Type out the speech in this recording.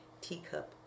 teacup